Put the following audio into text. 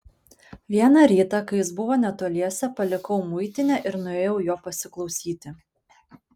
vieną rytą kai jis buvo netoliese palikau muitinę ir nuėjau jo pasiklausyti